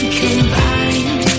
combined